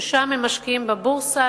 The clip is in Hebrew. ששם הם משקיעים בבורסה,